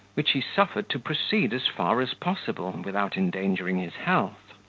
which he suffered to proceed as far as possible, without endangering his health.